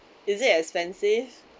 is it expensive